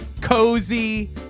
cozy